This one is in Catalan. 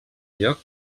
lloc